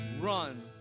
run